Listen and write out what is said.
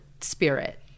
spirit